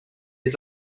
his